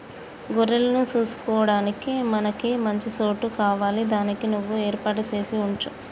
గొర్రెలను సూసుకొడానికి మనకి మంచి సోటు కావాలి దానికి నువ్వు ఏర్పాటు సేసి వుంచు